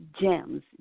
GEMS